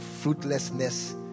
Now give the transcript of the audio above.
fruitlessness